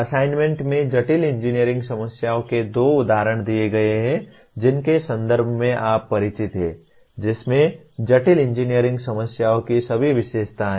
assignment में जटिल engineering समस्याओं के दो उदाहरण दिए गए हैं जिनके संदर्भ में आप परिचित हैं जिसमें जटिल इंजीनियरिंग समस्याओं की सभी विशेषताएँ हैं